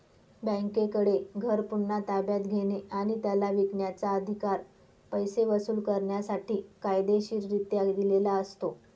बँकेकडे घर पुन्हा ताब्यात घेणे आणि त्याला विकण्याचा, अधिकार पैसे वसूल करण्यासाठी कायदेशीररित्या दिलेला असतो